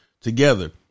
together